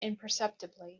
imperceptibly